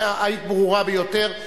היית ברורה ביותר.